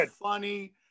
funny